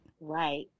Right